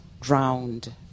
drowned